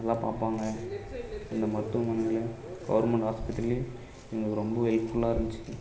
நல்லா பார்ப்பாங்க இந்த மருத்துவமனையில் கவர்மெண்ட் ஹாஸ்பிட்டிலையும் எங்களுக்கு ரொம்ப ஹெல்ப்ஃபுல்லாக இருந்துச்சு